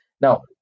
Now